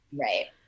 right